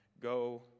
go